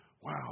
Wow